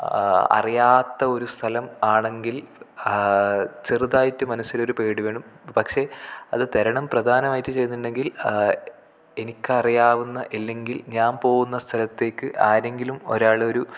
അറിയാത്തൊരു സ്ഥലമാണെങ്കിൽ ചെറുതായിട്ട് മനസ്സിലൊരു പേടി വരും പക്ഷെ അതു തരണം പ്രധാനമായിട്ട് ചെയ്യുന്നുണ്ടെങ്കിൽ എനിക്കറിയാവുന്ന ഇല്ലെങ്കിൽ ഞാൻ പോകുന്ന സ്ഥലത്തേക്ക് ആരെങ്കിലും ഒരാളൊരു